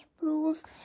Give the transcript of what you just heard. Rules